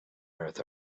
earth